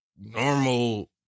normal